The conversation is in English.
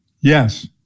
Yes